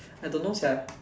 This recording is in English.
I don't know sia